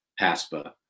PASPA